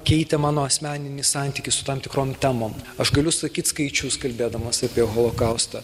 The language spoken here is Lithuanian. keitė mano asmeninį santykį su tam tikrom temom aš galiu sakyt skaičius kalbėdamas apie holokaustą